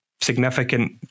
significant